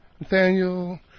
Nathaniel